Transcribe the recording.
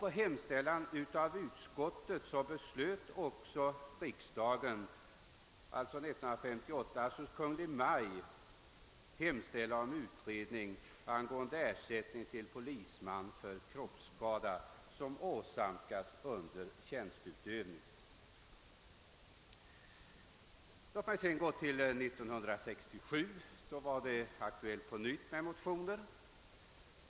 På hemställan av utskottet beslöt också riksdagen 1958 att hos Kungl. Maj:t hemställa om utredning angående ersättning till polisman för kroppsskada som åsamkats honom under tjänsteutövning. Låt mig sedan gå fram till 1967, då frågan på nytt aktualiserades i motioner.